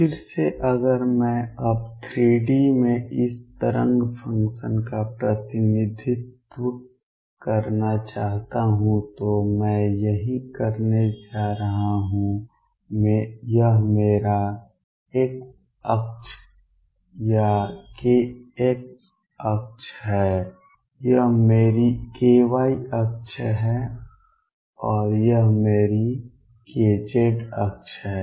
फिर से अगर मैं अब 3 D में इस तरंग फंक्शन का प्रतिनिधित्व करना चाहता हूं तो मैं यही करने जा रहा हूं यह मेरा x अक्ष या kx अक्ष है यह मेरी ky अक्ष है और यह मेरी kz अक्ष है